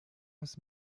als